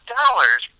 dollars